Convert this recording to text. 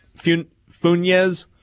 Funes